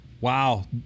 Wow